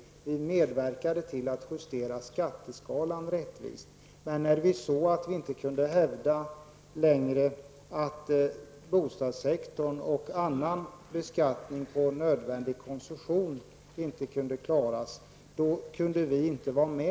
Vi medverkade till att justera skatteskalan rättvist. Vi kunde inte vara med längre när vi såg att vi inte längre kunde hävda att bostadssektorn och annan beskattning på nödvändig konsumtion inte kunde klaras.